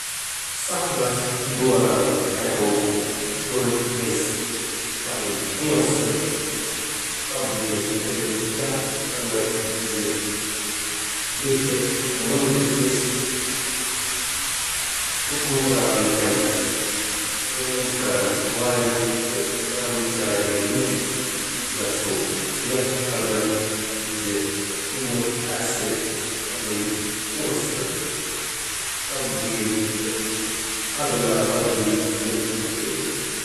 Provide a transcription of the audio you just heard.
سفر کرنہٕ وِزِ ہیٚکِو تُہۍ بینکَن، کریڈٹ یونینَن، online currency exchange bureaus, یا پرائیویٹ منی چینجرَن منٛز کرنسی بدلٲوِتھ۔